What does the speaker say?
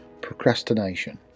procrastination